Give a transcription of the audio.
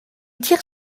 tire